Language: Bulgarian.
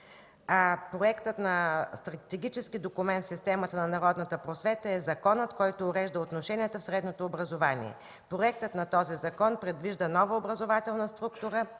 г.). Стратегически документ в системата на народната просвета е законът, който урежда отношенията в средното образование. Проектът на този закон предвижда нова образователна структура